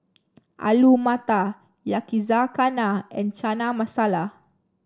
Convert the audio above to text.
Alu Matar Yakizakana and Chana Masala